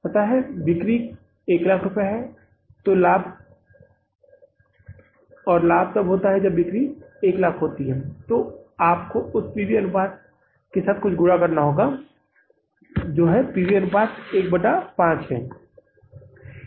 पता है बिक्री 100000 रुपये है और लाभ तब होता है जब बिक्री 10000 रुपये होती है और आपको उस पी वी अनुपात के साथ कुछ गुणा करना होगा पी वी अनुपात 1 बटा 5 है